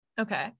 Okay